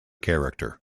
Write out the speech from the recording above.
character